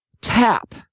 tap